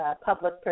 public